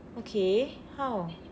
okay how